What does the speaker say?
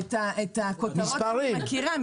את הכותרות אני מכירה.